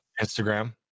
Instagram